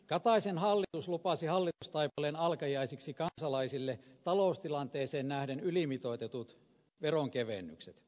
kataisen hallitus lupasi hallitustaipaleen alkajaisiksi kansalaisille taloustilanteeseen nähden ylimitoitetut veronkevennykset